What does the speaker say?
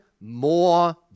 more